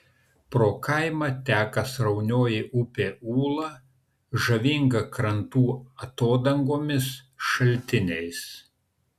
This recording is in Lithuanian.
pro kaimą teka sraunioji upė ūla žavinga krantų atodangomis šaltiniais